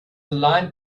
aligned